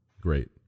great